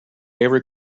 every